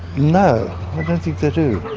no, i don't think they do.